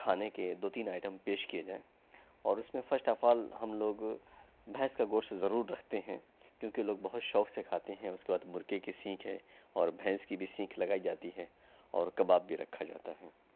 کھانے کے دو تین آئٹم پیش کیے جائیں اور اس میں فسٹ آف آل ہم لوگ بھنیس کا گوشت ضرور رکھتے ہیں کیوں کہ لوگ بہت شوق سے کھاتے ہیں اس کے بعد مرغے کی سیخ ہے اور بھینس کی بھی سیخ لگائی جاتی ہے اور کباب بھی رکھا جاتا ہے